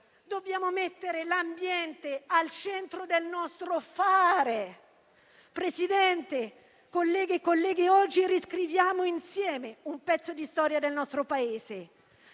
Dobbiamo mettere l'ambiente al centro del nostro fare. Presidente, colleghe e colleghi, oggi riscriviamo insieme un pezzo di storia del nostro Paese